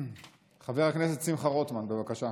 חבר הכנסת שמחה רוטמן, בבקשה.